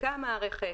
נבדקה המערכת,